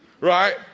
Right